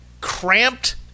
cramped